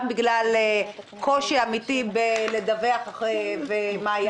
גם בגלל קושי אמיתי לדווח לאחור.